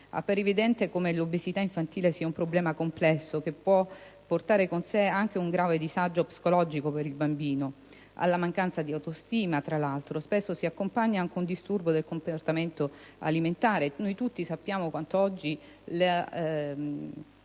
Appare evidente come l'obesità infantile sia un problema complesso, che può portare con sé anche un grave disagio psicologico per il bambino: alla mancanza di autostima, tra l'altro, spesso si accompagna anche un disturbo del comportamento alimentare. Noi tutti sappiamo quanto oggi la